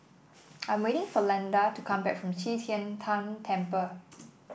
I'm waiting for Landen to come back from Qi Tian Tan Temple